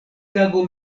tago